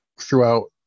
throughout